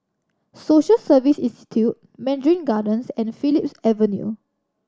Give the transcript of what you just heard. Social Service Institute Mandarin Gardens and Phillips Avenue